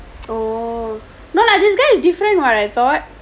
oh no lah this guy is different [what] I thought